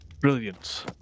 brilliance